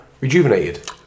Rejuvenated